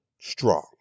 strong